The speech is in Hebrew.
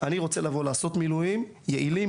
אני רוצה לבוא לעשות מילואים יעילים,